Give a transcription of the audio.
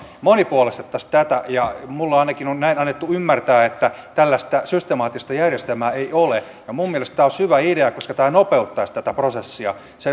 monipuolistettaisiin tätä minun ainakin on näin annettu ymmärtää että tällaista systemaattista järjestelmää ei ole ja minun mielestäni tämä olisi hyvä idea koska tämä nopeuttaisi tätä prosessia